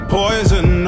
poison